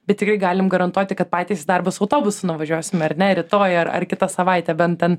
bet tikrai galim garantuoti kad patys į darbus su autobusu nuvažiuosim ar ne rytoj ar ar kitą savaitę bent ten